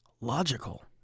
logical